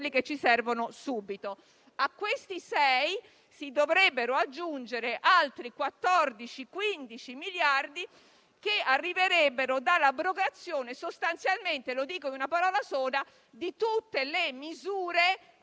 che ci servono subito. Ai 6 miliardi si dovrebbero aggiungere altri 14-15 miliardi che arriverebbero dall'abrogazione - lo dico in una parola sola - di tutte le misure